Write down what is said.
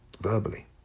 verbally